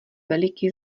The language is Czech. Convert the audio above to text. veliký